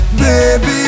baby